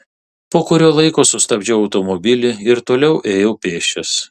po kurio laiko sustabdžiau automobilį ir toliau ėjau pėsčias